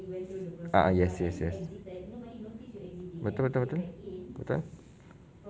ah yes yes yes betul betul betul